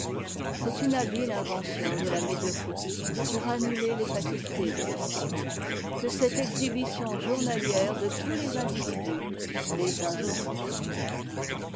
c'est une habile invention de la médiocrité pour annuler les facultés de l'esprit que cette exhibition journalière de tous les individus les uns aux autres